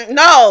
no